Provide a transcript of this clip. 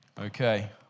Okay